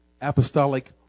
apostolic